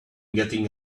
getting